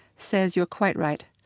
says, you're quite right,